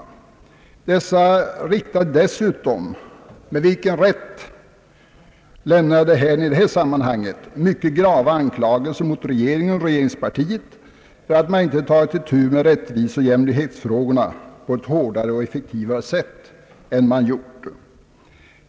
Dessa riktade dessutom — med vilken rätt de gjorde det lämnar jag i detta sammanhang därhän — mycket grava anklagelser mot regeringen och regeringspartiet för att man inte hade tagit itu med rättviseoch jämlikhetsfrågorna på ett hårdare och effektivare sätt än som skett.